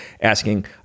asking